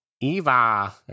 eva